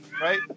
right